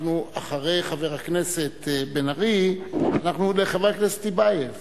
אחרי חבר הכנסת בן-ארי, חבר הכנסת טיבייב.